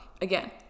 again